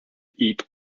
eat